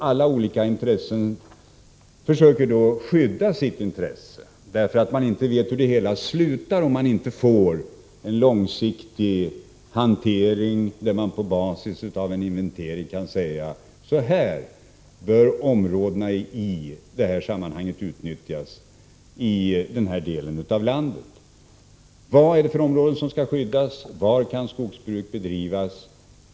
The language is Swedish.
Alla parter försöker då skydda sitt intresse, därför att de inte vet hur det hela slutar om man inte får en långsiktig hantering där man på basis av en inventering kan säga: Så här bör de i detta sammanhang aktuella områdena utnyttjas. Vad är det för områden som skall skyddas? Var kan skogsbruk bedrivas?